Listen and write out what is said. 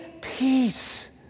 peace